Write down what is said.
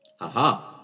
Aha